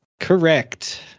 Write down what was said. Correct